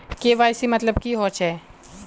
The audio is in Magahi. के.वाई.सी मतलब की होचए?